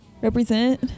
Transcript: Represent